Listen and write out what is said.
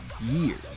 years